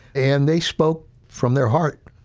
and they spoke from their heart.